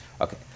Okay